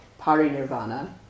parinirvana